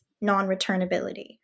non-returnability